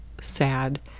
sad